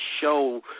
show